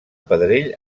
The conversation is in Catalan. pedrell